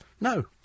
No